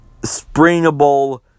springable